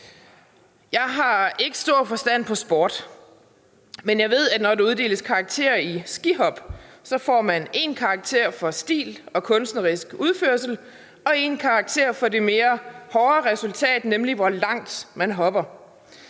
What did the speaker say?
Jeg har ikke stor forstand på sport, men jeg ved, at når der uddeles karakterer i skihop, får man én karakter for stil og kunstnerisk udførelse og én karakter for det mere hårde resultat, nemlig hvor langt man hopper.